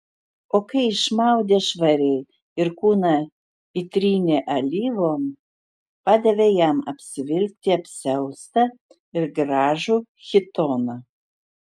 o kai išmaudė švariai ir kūną įtrynė alyvom padavė jam apsivilkti apsiaustą ir gražų chitoną